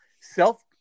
self